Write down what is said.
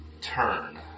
turn